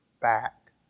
back